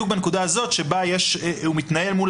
היא בדיוק בנקודה הזו שבה הוא מתנהל מול